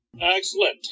Excellent